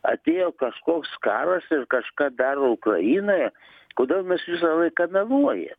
atėjo kažkoks karas ir kažką daro ukrainoje kodėl mes visą laiką meluoja